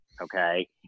Okay